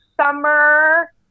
summer